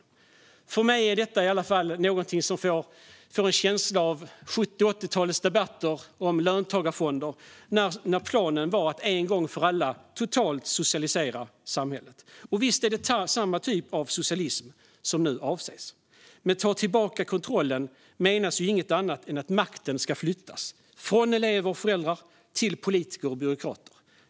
I alla fall för mig är detta något som ger en känsla av 70 och 80-talens debatter om löntagarfonder, när planen var att en gång för alla totalt socialisera samhället. Och visst är det samma typ av socialism som nu avses. Med "ta tillbaka kontrollen" menas ju inget annat än att makten ska flyttas från elever och föräldrar till politiker och byråkrater.